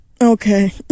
Okay